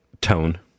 tone